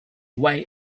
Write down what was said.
way